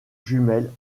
jumelle